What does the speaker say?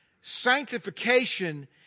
sanctification